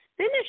finish